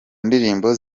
ndirimbo